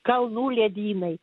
kalnų ledynai